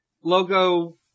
logo